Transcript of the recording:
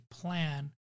plan